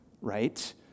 Right